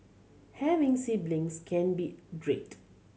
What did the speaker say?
having siblings can be great